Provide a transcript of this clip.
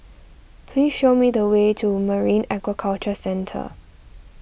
please show me the way to Marine Aquaculture Centre